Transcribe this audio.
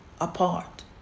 apart